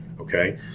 Okay